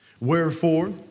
Wherefore